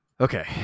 Okay